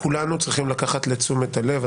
שכולנו צריכים לקחת לתשומת הלב.